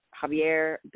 Javier